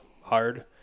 hard